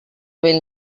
bell